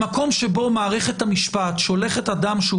במקום שבו מערכת המשפט שולחת אדם שהוא